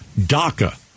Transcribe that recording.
DACA